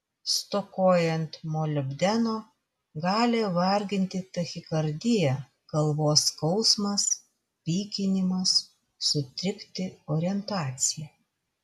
stokojant molibdeno gali varginti tachikardija galvos skausmas pykinimas sutrikti orientacija